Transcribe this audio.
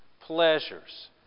Pleasures